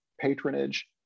patronage